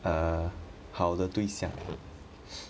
err 好的对象